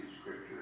Scripture